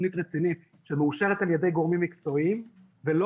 תוכנית רצינית שמאושרת על ידי גורמים מקצועיים ולא